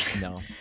No